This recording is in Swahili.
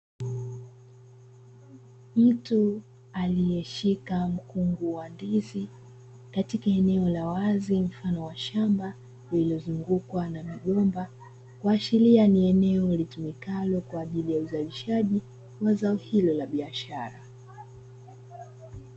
Mtu aliyeshika mkungu wa ndizi katika eneo la wazi mfano wa shamba lililozungukwa na migomba, kuashiriani ni eneo litumikalo kwa ajili ya uzalishaji wa zao hilo la biashara.